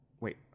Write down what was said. wait